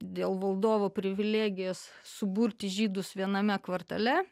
dėl valdovo privilegijos suburti žydus viename kvartale